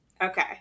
Okay